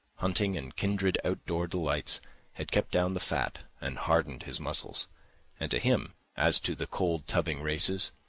hunting and kindred outdoor delights had kept down the fat and hardened his muscles and to him, as to the cold-tubbing races,